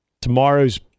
Tomorrow's